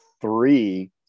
three